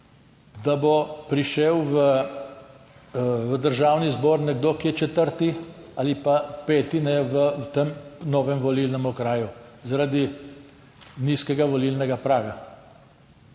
da bo prišel v Državni zbor nekdo, ki je četrti ali pa peti v tem novem volilnem okraju, zaradi nizkega volilnega praga.